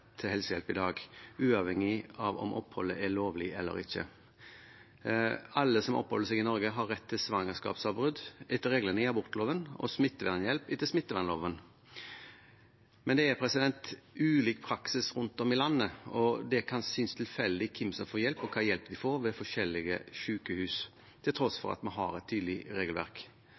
til helsehjelp i dag, uavhengig av om oppholdet er lovlig eller ikke. Alle som oppholder seg i Norge, har rett til svangerskapsavbrudd etter reglene i abortloven og smittevernhjelp etter smittevernloven. Men det er ulik praksis rundt om i landet, og det kan synes tilfeldig hvem som får hjelp, og hvilken hjelp de får ved forskjellige sykehus, til tross for at vi har et tydelig regelverk.